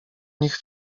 nich